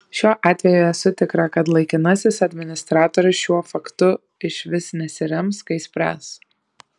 šiuo atveju esu tikra kad laikinasis administratorius šiuo faktu išvis nesirems kai spręs